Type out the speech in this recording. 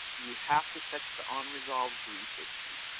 you have to touch the unresolved grief issue.